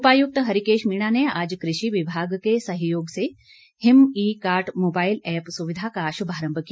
उपायुक्त हरीकेश मीणा ने आज कृषि विभाग के सहयोग से Him e cart mobile app सुविधा का शुभारम्भ किया